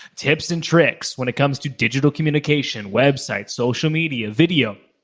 tips and tricks when it comes to digital communication, websites, social media, video,